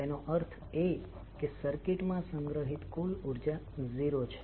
તેનો અર્થ એ કે સર્કિટ માં સંગ્રહિત કુલ ઉર્જા 0 છે